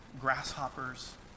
grasshoppers